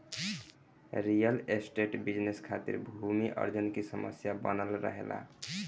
real estate business खातिर भूमि अर्जन की समस्या बनल रहेला